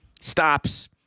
stops